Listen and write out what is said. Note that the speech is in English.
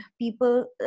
people